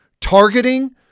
targeting